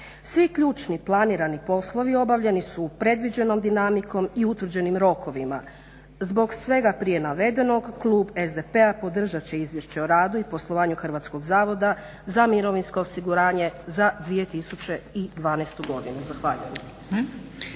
Svi ključni planirani poslovi obavljeni su predviđenom dinamikom i utvrđenim rokovima. Zbog svega prije navedenog klub SDP-a podržat će Izvješće o radu i poslovanju Hrvatskog zavoda za mirovinsko osiguranje za 2012. godinu.